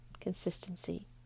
consistency